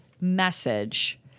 message